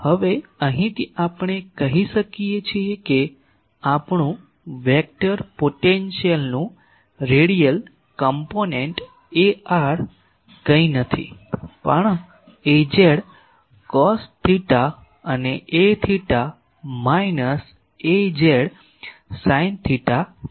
હવે અહીંથી આપણે કહી શકીએ કે આપણું વેક્ટર પોટેન્શિયલનું રેડિયલ ઘટકો Ar કંઈ નથી પણ Az કોસ થેટા અને Aθ minus Az sine theta છે